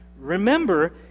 Remember